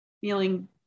feeling